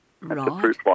Right